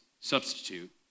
substitute